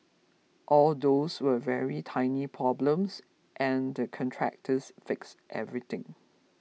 all those were very tiny problems and the contractors fixed everything